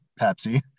Pepsi